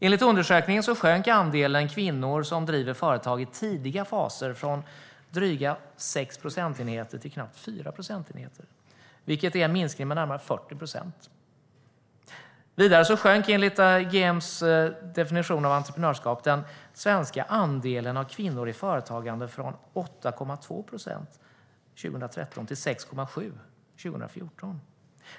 Enligt undersökningen sjönk andelen kvinnor som driver företag i tidiga faser från dryga 6 procentenheter till knappt 4 procentenheter, vilket är en minskning med närmare 40 procent. Vidare sjönk, enligt GEM:s definition av entreprenörskap, den svenska andelen kvinnor i företagande från 8,2 procent 2013 till 6,7 2014.